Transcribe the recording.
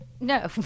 No